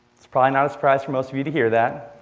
it's probably not a surprise for most of you to hear that.